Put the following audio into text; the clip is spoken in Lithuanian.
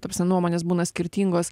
ta prasme nuomonės būna skirtingos